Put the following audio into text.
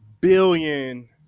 billion